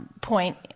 point